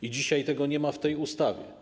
I dzisiaj tego nie ma w tej ustawie.